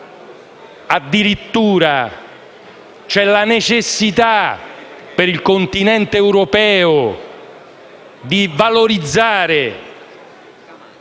addirittura c'è la necessità, per il continente europeo, di valorizzare